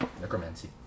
Necromancy